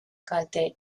kalte